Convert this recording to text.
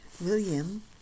William